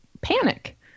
panic